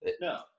No